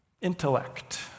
intellect